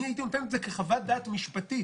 הייתי נותן את זה כחוות דעת משפטית.